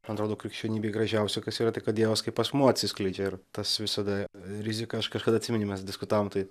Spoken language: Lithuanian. man atrodo krikščionybėj gražiausia kas yra tai kad dievas kaip asmuo atsiskleidžia ir tas visada rizika aš kažkada atsimeni mes diskutavom tai